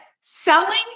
selling